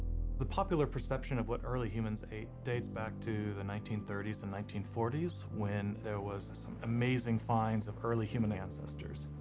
the popular perception of what early humans ate dates back to the nineteen thirty s to nineteen forty s, when there was some amazing finds of early human ancestors,